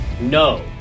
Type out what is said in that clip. No